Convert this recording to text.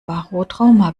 barotrauma